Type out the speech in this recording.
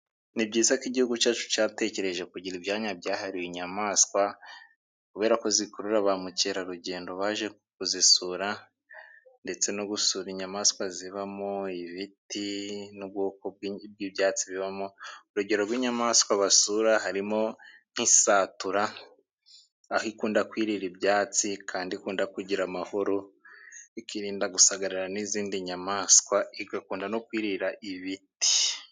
Ni byiza ko igihugu cyacu cyatekereje kugira ibyanya byahariwe inyamaswa, kubera ko zikurura ba mukerarugendo baje kuzisura, ndetse no gusura inyamaswa zibamo, ibiti n'ubwoko bw'ibyatsi bibamo, urugero rw'inyamaswa basura hari mo nk'isatura, aho ikunda kwirira ibyatsi kandi ikunda kugira amahoro, ikirinda gusagarira n'izindi nyamaswa, igakunda no kwirira ibiti.